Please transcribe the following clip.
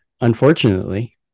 Unfortunately